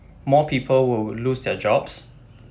more people will lose their jobs